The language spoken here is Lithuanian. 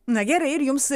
na gerai ir jums